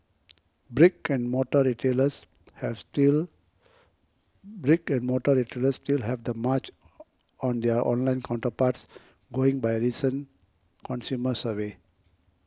brick and mortar retailers have still brick and mortar retailers still have the march on their online counterparts going by a recent consumer survey